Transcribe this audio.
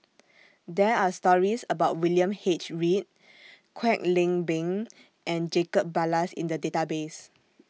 There Are stories about William H Read Kwek Leng Beng and Jacob Ballas in The Database